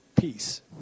peace